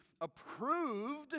approved